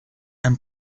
and